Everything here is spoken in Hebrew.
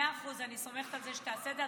מאה אחוז, אני סומכת על זה שתעשה את זה.